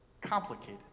complicated